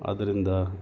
ಆದ್ದರಿಂದ